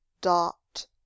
dot